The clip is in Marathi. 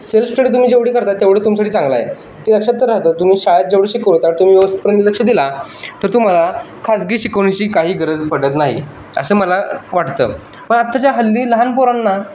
सेल्फ स्टडी तुम्ही जेवढी करता तेवढी तुमच्यासाठी चांगलं आहे ते लक्षात तर राहतं तुम्ही शाळेत जेवढं शिकवता तुम्ही व्यवस्थितपणे लक्ष दिला तर तुम्हाला खाजगी शिकवणीची काही गरज पडत नाही असं मला वाटतं पण आत्ताच्या हल्ली लहान पोरांना